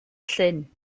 llyn